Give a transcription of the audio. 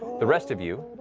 the rest of you,